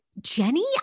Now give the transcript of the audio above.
Jenny